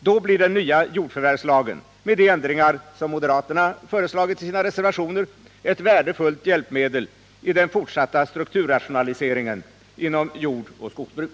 Då blir den nya jordförvärvslagen —- med de ändringar som moderaterna föreslagit i sina reservationer —ett värdefullt hjälpmedel i den fortsatta strukturrationaliseringen inom jordoch skogsbruk.